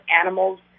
animals